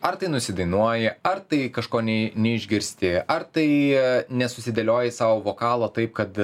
ar tai nusidainuoji ar tai kažko nė neišgirsti ar tai nesusidėlioji savo vokalo taip kad